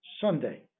Sunday